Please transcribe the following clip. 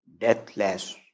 deathless